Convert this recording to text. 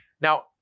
Now